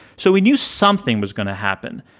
so we knew something was going to happen,